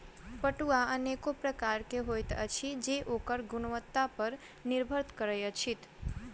पटुआ कतेको प्रकारक होइत अछि जे ओकर गुणवत्ता पर निर्भर करैत अछि